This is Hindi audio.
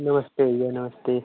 नमस्ते भैया नमस्ते